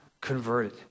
converted